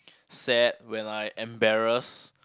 sad when I embarrass